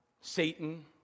Satan